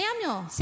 Samuel